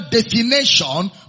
definition